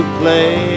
play